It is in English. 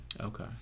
Okay